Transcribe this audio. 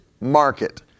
market